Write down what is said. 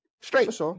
Straight